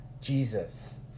Jesus